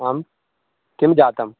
आं किं जातम्